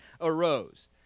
arose